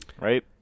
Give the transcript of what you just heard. Right